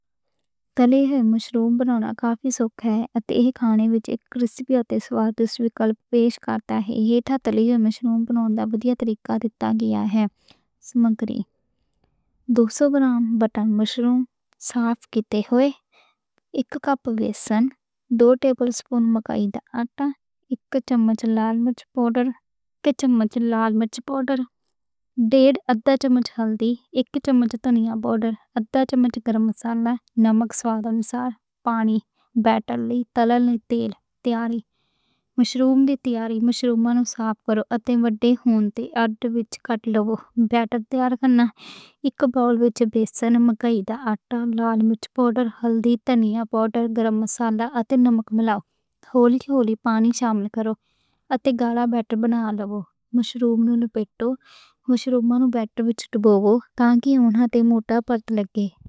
تلے مشروم بناؤن کافی سوکھا ہے۔ اتے ایہ کھانے وچ ایک ریسپی تے سوادشٹ ویکلپ پیش کرتا ہے۔ ایہ تھا تلے مشروم بناؤن ودیہ طریقہ دتا گیا ہے۔ سمکری: دو سو گرام بٹن مشروم صاف کِتے ہوئے۔ اک کپ بیسن، اک ٹیبل سپون مکئی دا آٹا، اک چمچ لال مرچ پاؤڈر۔ ادھا چمچ ہلدی، چمچ دھنیا پاؤڈر، ادھا چمچ گرم مسالا، نمک سواد انوسار، پانی، بیٹر لئی، تَلن لئی تیل۔ مشروم دی تیاری: مشروم نوں صاف کرو۔ آٹے وڈّے ہون دیاں تے اتّ وچ کٹ لو۔ بیٹر تیار کرنا: اک بول وچ بیسن، مکئی دا آٹا، لال مرچ پاؤڈر، ہلدی، دھنیا پاؤڈر، گرم مسالا تے نمک مِلاو۔ ہولی ہولی پانی شامل کرو اتے گاڑھا بیٹر بنا لو۔ مشروم نوں لپیٹو، مشروم نوں بیٹر وچ ڈبوؤ تاکے انہاں دی موٹی پرت لگے۔